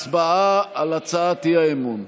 הצבעה על הצעת האי-אמון.